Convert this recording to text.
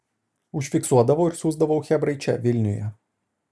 užfiksuodavau ir siųsdavau chebrai čia vilniuje